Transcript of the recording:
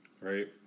Right